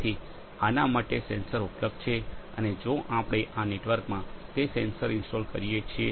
તેથી આના માટે સેન્સર ઉપલબ્ધ છે અને જો આપણે આ નેટવર્કમાં તે સેન્સર ઇન્સ્ટોલ કરીએ છીએ